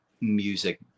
music